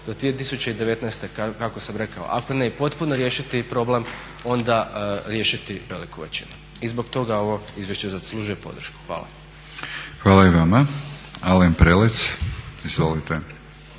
do 2019. kako sam rekao ako ne i potpuno riješiti problem onda riješiti veliku većinu. I zbog toga ovo izvješće zaslužuje podršku. Hvala. **Batinić, Milorad